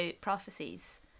prophecies